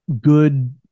good